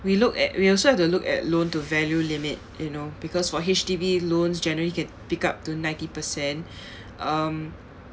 we look at we also have to look at loan to value limit you know because for H_D_B loans generally can pick up to ninety percent um